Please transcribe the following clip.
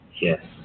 Yes